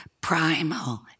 primal